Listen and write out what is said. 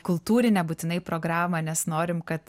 kultūrinę būtinai programą nes norim kad